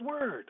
word